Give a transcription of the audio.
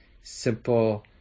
simple